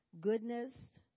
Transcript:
goodness